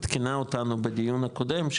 עדכנה אותנו בדיון הקודם,